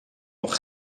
nog